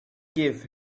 give